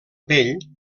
pell